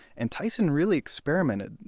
and tyson really experimented.